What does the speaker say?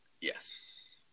Yes